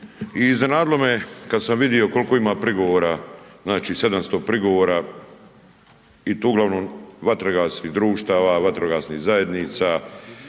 I iznenadilo me kada sam vidio koliko ima prigovora, znači 700 prigovora i to uglavnom vatrogasnih društava, vatrogasnih zajednica,